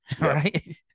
right